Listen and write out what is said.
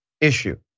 issue